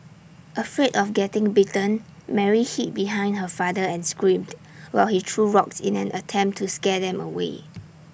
afraid of getting bitten Mary hid behind her father and screamed while he threw rocks in an attempt to scare them away